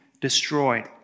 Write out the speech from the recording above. destroyed